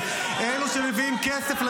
מי שמביא להם כסף,